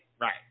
Right